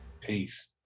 Peace